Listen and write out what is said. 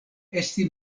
esti